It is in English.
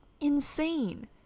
insane